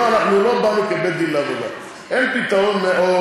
אנחנו לא באנו כבית-דין לעבודה, או במקום